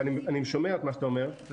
אני שומע את מה שאתה אומר,